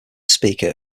speaker